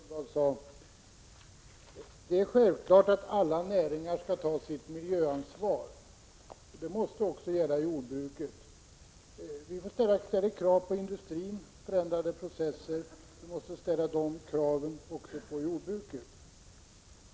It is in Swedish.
Herr talman! Jag skall fatta mig mycket kort om det som Grethe Lundblad sade. Det är självklart att alla näringar måste ta sitt miljöansvar. Det måste också gälla jordbruket. Vi ställer krav på industrin om förändrade processer, och vi måste ställa sådana krav också på jordbruket.